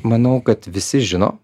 manau kad visi žino